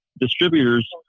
distributors